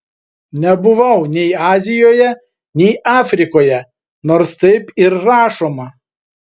nebuvau nei azijoje nei afrikoje nors taip ir rašoma